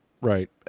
right